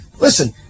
listen